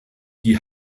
die